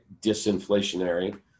disinflationary